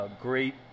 great